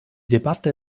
debatte